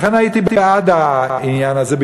לכן הייתי בעד העניין הזה,